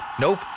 Nope